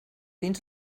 dins